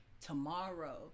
tomorrow